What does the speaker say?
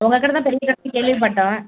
உங்கள் கட தான் பெரிய கடைன்னு கேள்விப்பட்டேன்